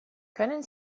können